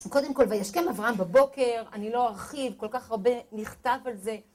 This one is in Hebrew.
קודם כל, וישכם אברהם בבוקר, אני לא ארחיב, כל כך הרבה נכתב על זה.